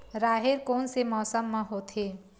राहेर कोन से मौसम म होथे?